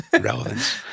relevance